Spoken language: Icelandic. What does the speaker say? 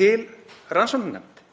til rannsóknarnefnd.